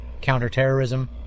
counterterrorism